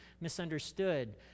misunderstood